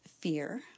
fear